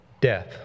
death